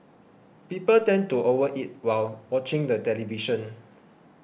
people tend to over eat while watching the television